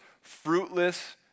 fruitless